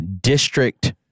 District